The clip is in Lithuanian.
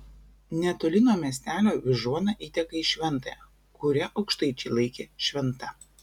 netoli nuo miestelio vyžuona įteka į šventąją kurią aukštaičiai laikė šventa